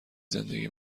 زندگی